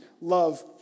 love